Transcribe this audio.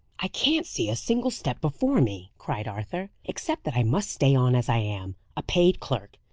i can't see a single step before me, cried arthur. except that i must stay on as i am, a paid clerk.